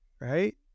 right